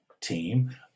team